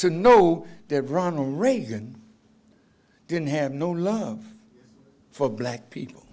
to know that ronald reagan didn't have no love for black people